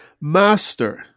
Master